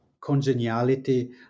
congeniality